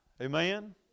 Amen